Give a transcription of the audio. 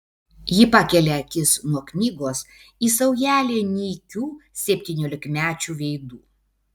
ji pakelia akis nuo knygos į saujelę nykių septyniolikmečių veidų